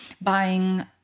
buying